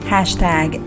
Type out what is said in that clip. Hashtag